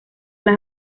las